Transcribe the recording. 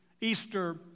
Easter